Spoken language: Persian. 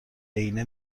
عینه